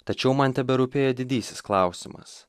tačiau man teberūpėjo didysis klausimas